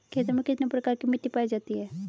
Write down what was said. खेतों में कितने प्रकार की मिटी पायी जाती हैं?